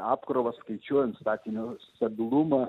apkrovas skaičiuojant statinio stabilumą